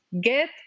get